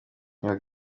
nzeri